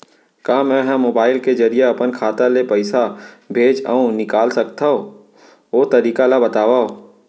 का मै ह मोबाइल के जरिए अपन खाता ले पइसा भेज अऊ निकाल सकथों, ओ तरीका ला बतावव?